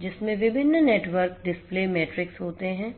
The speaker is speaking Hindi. जिसमें विभिन्न नेटवर्क डिस्प्ले मैट्रिक्स होते हैं